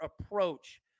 approach